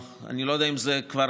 אני לא יודע אם זה כבר